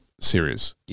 series